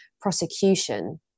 prosecution